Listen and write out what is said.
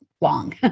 long